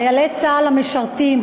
חיילי צה"ל המשרתים,